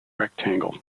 rectangle